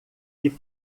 que